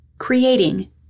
Creating